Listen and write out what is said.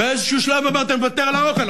באיזה שלב אמרתי: אני מוותר על האוכל,